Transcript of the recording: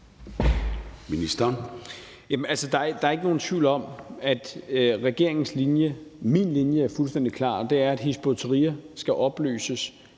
altså, der er ikke nogen tvivl om, at regeringens linje og min linje er fuldstændig klar, og det er, at Hizb ut-Tahrir skal opløses,